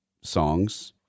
songs